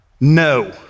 no